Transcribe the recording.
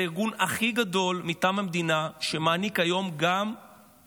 זה הארגון הכי גדול מטעם המדינה שגם מעניק היום מקצוע.